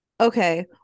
okay